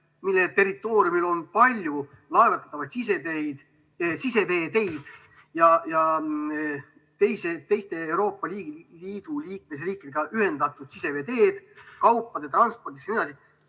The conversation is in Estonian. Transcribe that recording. mille territooriumil on palju laevatatavaid siseveeteid ja teiste Euroopa Liidu liikmesriikidega ühendatud siseveeteid kaupade transpordiks jne.